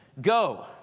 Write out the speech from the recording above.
Go